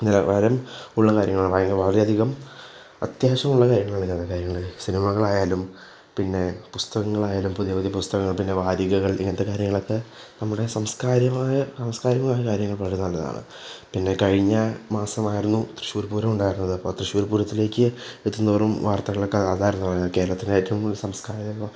നിലവാരം ഉള്ള കാര്യങ്ങളാണ് വളരെയധികം ആത്യാവശ്യമുള്ള കാര്യങ്ങളാണ് ഇങ്ങനത്തെ കാര്യങ്ങൾ സിനിമകളായാലും പിന്നെ പുസ്തകങ്ങളായാലും പുതിയ പുതിയ പുസ്തകങ്ങള് പിന്നെ വാരികകൾ ഇങ്ങനത്തെ കാര്യങ്ങളൊക്കെ നമ്മുടെ സംസ്കാര്യമായ സാംസ്കാരികമായ കാര്യങ്ങൾ വളരെ നല്ലതാണ് പിന്നെ കഴിഞ്ഞ മാസമായിരുന്നു തൃശൂർ പൂരം ഉണ്ടായിരുന്നത് അപ്പോള് തൃശൂർ പൂരത്തിലേക്ക് എത്തുന്നവരും വാർത്തകളൊക്കെ അതായിരുന്നു കേരളത്തിലെ ഏറ്റവും കൂടുതൽ സംസ്കാര